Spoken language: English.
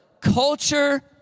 culture